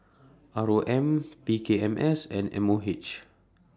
R O M P K M S and M O H